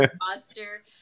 posture